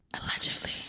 Allegedly